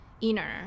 inner